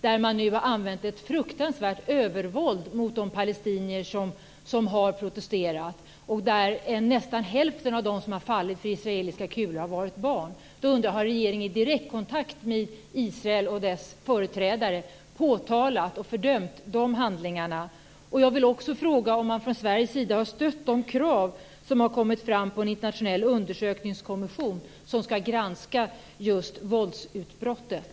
Israel har använt ett fruktansvärt övervåld mot de palestinier som har protesterat. Nästan hälften av dem som har fallit för israeliska kulor har varit barn. Har regeringen i direktkontakt med Israel och dess företrädare påtalat och fördömt de handlingarna? Jag vill också fråga om man från Sveriges sida har stött de krav som har kommit fram om en internationell undersökningskommission som ska granska just våldsbrottet.